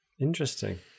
Interesting